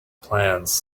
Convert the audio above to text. plans